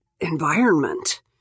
environment